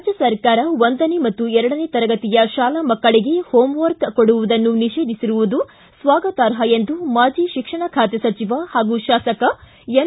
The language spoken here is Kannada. ರಾಜ್ಞ ಸರ್ಕಾರವು ಒಂದನೇ ಮತ್ತು ಎರಡನೇ ತರಗತಿಯ ಶಾಲಾ ಮಕ್ಕಳಿಗೆ ಹೋಂವರ್ಕ್ ಕೊಡುವುದನ್ನು ನಿಷೇಧಿಸಿರುವುದು ಸ್ವಾಗತಾರ್ಹ ಎಂದು ಮಾಜಿ ಶಿಕ್ಷಣ ಖಾತೆ ಸಚಿವ ಹಾಗೂ ಶಾಸಕ ಎನ್